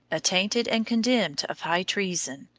attainted, and condemned of high treason,